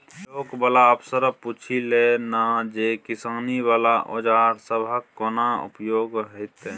Block बला अफसरसँ पुछि लए ना जे किसानी बला औजार सबहक कोना उपयोग हेतै?